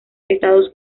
estados